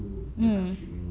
mm